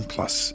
Plus